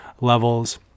levels